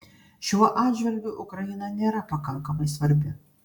šiuo atžvilgiu ukraina nėra pakankamai svarbi